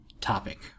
topic